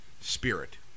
spirit